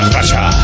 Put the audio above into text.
Russia